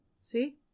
See